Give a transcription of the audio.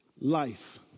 life